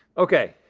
okay,